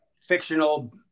fictional